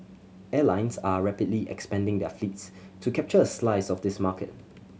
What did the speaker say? airlines are rapidly expanding their fleets to capture a slice of this market